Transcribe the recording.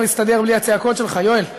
יואל.